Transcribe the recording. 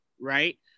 right